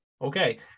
okay